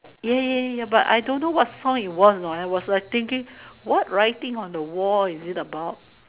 ya ya ya ya ya but I don't know what song it was you know I was like thinking what writing on the wall is it about